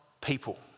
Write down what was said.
people